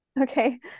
Okay